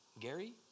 Gary